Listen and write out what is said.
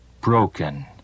broken